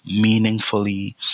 meaningfully